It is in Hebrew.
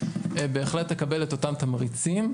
בהחלט תקבל את אותם תמריצים,